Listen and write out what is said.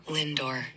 Lindor